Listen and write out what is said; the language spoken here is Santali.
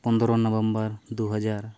ᱯᱚᱱᱫᱨᱚ ᱱᱚᱵᱷᱮᱢᱵᱚᱨ ᱫᱩᱦᱟᱡᱟᱨ